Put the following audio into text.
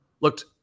looked